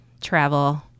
travel